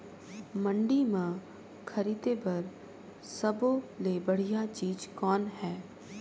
मंडी म खरीदे बर सब्बो ले बढ़िया चीज़ कौन हे?